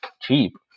cheap